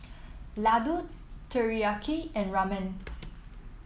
Lladoo Teriyaki and Ramen